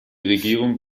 regierung